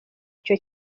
icyo